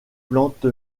plante